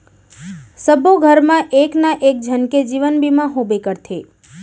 सबो घर मा एक ना एक झन के जीवन बीमा होबे करथे